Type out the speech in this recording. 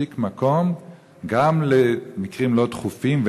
מספיק מקום גם למקרים לא דחופים,